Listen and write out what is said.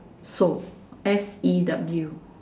sew S E W